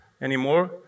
anymore